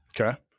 Okay